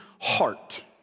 heart